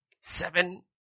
Seven